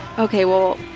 ok, well,